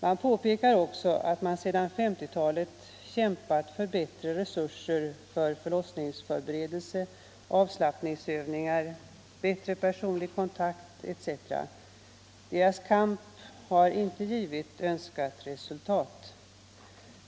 Man påpekar också att man sedan 1950-talet kämpat för bättre resurser för förlossningsförberedelse, avslappningsövningar, bättre personlig kontakt etc. Förbundets kamp har inte givit önskat resultat.